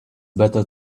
better